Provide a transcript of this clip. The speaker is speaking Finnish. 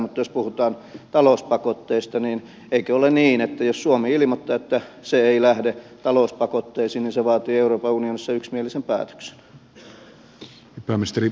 mutta jos puhutaan talouspakotteista niin eikö ole niin että jos suomi ilmoittaa että se ei lähde talouspakotteisiin niin se vaatii euroopan unionissa yksimielisen päätöksen